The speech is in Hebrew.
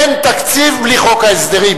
אין תקציב בלי חוק ההסדרים,